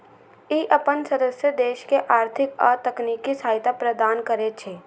ई अपन सदस्य देश के आर्थिक आ तकनीकी सहायता प्रदान करै छै